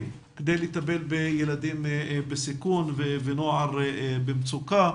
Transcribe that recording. כדי לטפל בילדים בסיכון ונוער במצוקה.